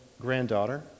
granddaughter